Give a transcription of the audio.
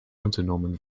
unternommen